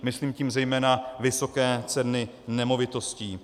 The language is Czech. Myslím tím zejména vysoké ceny nemovitostí.